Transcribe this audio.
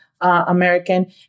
American